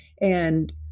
And-